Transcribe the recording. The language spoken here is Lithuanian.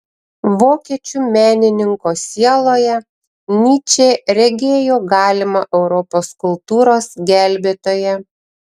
vokiečių menininko sieloje nyčė regėjo galimą europos kultūros gelbėtoją